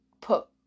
put